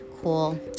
cool